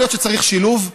אז צריך שילוב.